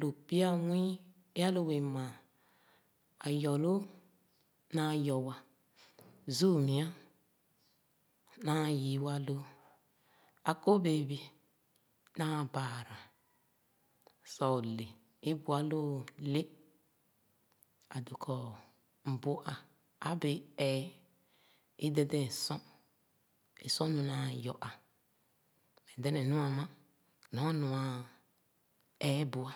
lo pya nwii é alō bēē māān ayɔlōō naa yo wa, zuu-mia naa yii wa lōō, akobēē bi naa baara, sor o’le é bu alōō lē, adoi kɔ m’bu ā a’bēē ee é dɛdɛn sor, é sor nu naa yɔ āā. Meh dɛnɛ nu’ā āmā nɔ anu’a eebu ā.